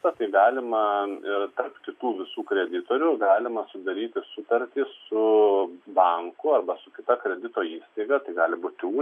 pageidavimą tarp kitų visų kreditorių galima sudaryti sutartį su banku arba su kita kredito įstaiga tai gali būtų